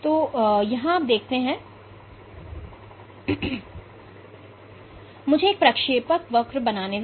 तो मुझे एक प्रक्षेपवक्र बनाने दें